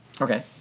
Okay